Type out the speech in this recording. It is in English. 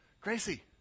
Gracie